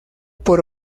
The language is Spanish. por